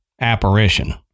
apparition